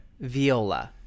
Viola